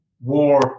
war